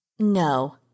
No